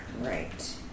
Right